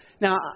Now